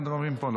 למה אתם רבים פה?